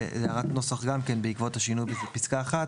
בפסקה 2, בעקבות שינוי הנוסח בפסקה 1,